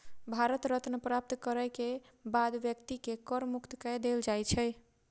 भारत रत्न प्राप्त करय के बाद व्यक्ति के कर मुक्त कय देल जाइ छै